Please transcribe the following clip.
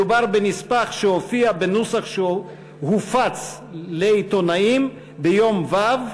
מדובר בנספח שהופיע בנוסח שהופץ לעיתונאים ביום ו'